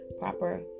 Proper